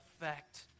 effect